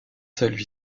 celui